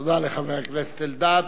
תודה לחבר הכנסת אלדד.